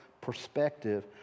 perspective